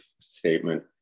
statement